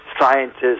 scientists